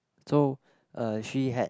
so uh she had